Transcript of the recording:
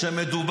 תגיד,